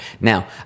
Now